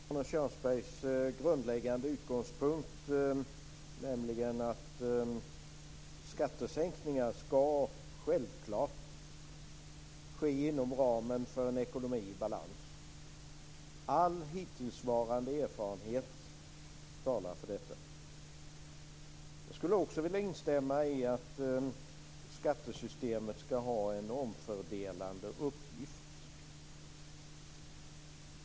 Frun talman! Jag vill först instämma i Arne Kjörnsbergs grundläggande utgångspunkt, att skattesänkningar självfallet ska ske inom ramen för en ekonomi i balans. All hittillsvarande erfarenhet talar för detta. Jag vill också instämma i att skattesystemet ska ha en omfördelande uppgift.